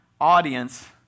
audience